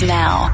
now